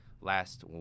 last